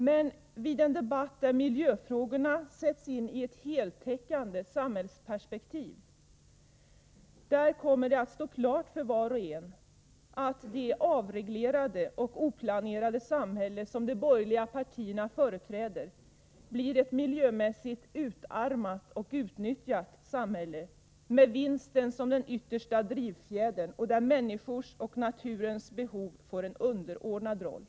Men vid den debatt där miljöfrågorna sätts in i ett heltäckande samhällsperspektiv kommer det att stå klart för var och en att det oreglerade och oplanerade samhälle som de borgerliga partierna företräder blir ett miljömässigt utarmat och utnyttjat samhälle med vinsten som den yttersta drivfjädern. Människornas och naturens behov får där en underordnad roll.